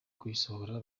kuyisohora